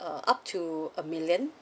uh up to a million